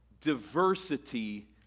diversity